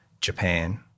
Japan